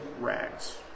rags